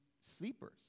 sleepers